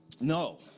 No